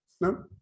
No